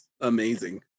amazing